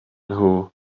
nhw